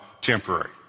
temporary